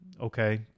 okay